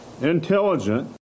intelligent